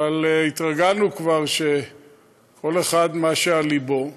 אבל התרגלנו כבר שכל אחד עם מה שעל ליבו.